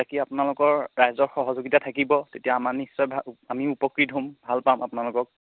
বাকী আপোনালোকৰ ৰাইজৰ সহযোগিতা থাকিব তেতিয়া আমাৰ নিশ্চয় আমি উপকৃত হ'ম ভাল পাম আপোনালোকক